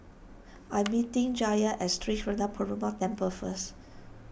I'm meeting Jalyn at Sri Srinivasa Perumal Temple first